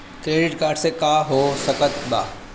Credit card से का हो सकइत बा?